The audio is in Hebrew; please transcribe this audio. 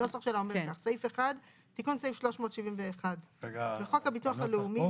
התשפ"ב 2022 תיקון סעיף 371 1. בחוק הביטוח הלאומי ,